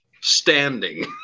standing